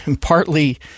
Partly